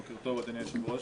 בוקר טוב, אדוני היושב-ראש.